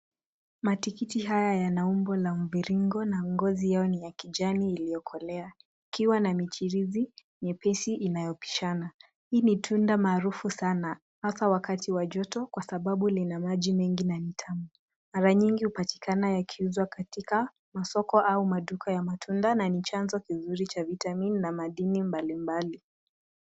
Matikiti haya yana umbo la mviringo na ngozi yao ni ya kijani iliyokolea ikiwa na michirizi nyepesi inayopishana. Hii ni tunda maarufu sana hasa wakati wa joto kwa sababu lina maji mengi na ni tamu. Mara nyingi hupatikana yakiuzwa katika masoko au maduka ya matunda na ni chanzo kizuri cha vitamin na madini mbali mbali.